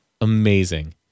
Amazing